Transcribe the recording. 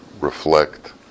reflect